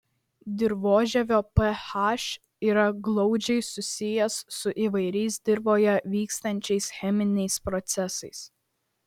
dirvožemio ph yra glaudžiai susijęs su įvairiais dirvoje vykstančiais cheminiais procesais